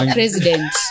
president